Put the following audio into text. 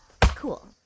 Cool